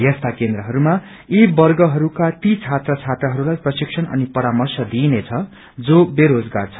यी केन्द्रहरूमा यी वर्गका ती छात्र छात्राहरूलाई प्रशिक्षण अनि परार्मश दिइनेछ जो बेरोजगार छन्